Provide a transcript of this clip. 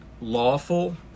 lawful